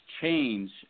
change